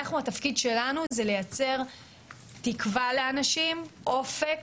התפקיד שלנו הוא לייצר תקווה לאנשים, אופק,